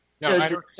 No